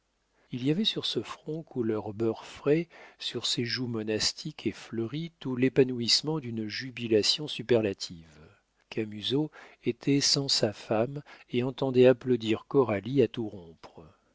il y avait sur ce front couleur beurre frais sur ces joues monastiques et fleuries tout l'épanouissement d'une jubilation superlative camusot était sans sa femme et entendait applaudir coralie à tout